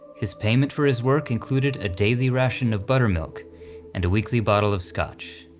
his payment for his work included a daily ration of buttermilk and a weekly bottle of scotch.